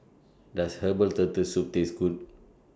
Does Herbal Turtle Soup Taste Good